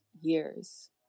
years